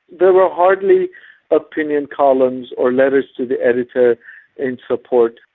there were hardly opinion columns or letters to the editor in support.